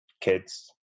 kids